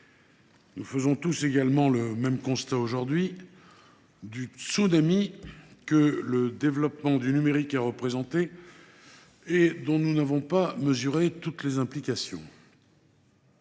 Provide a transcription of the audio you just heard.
Nous faisons tous également le même constat, aujourd’hui, du tsunami que le développement du numérique a représenté, et dont nous n’avons pas mesuré toutes les implications.